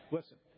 Listen